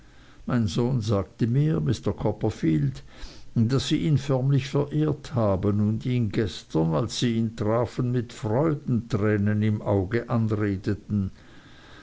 mein sohn sagte mir mr copperfield daß sie ihn förmlich verehrt haben und ihn gestern als sie ihn trafen mit freudentränen im auge anredeten